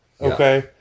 Okay